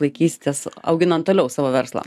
laikysitės auginant toliau savo verslą